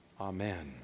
Amen